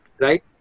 right